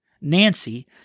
Nancy